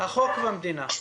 החוק במדינה.